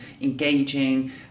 engaging